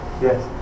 Yes